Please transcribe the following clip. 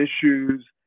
issues